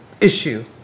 issue